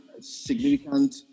significant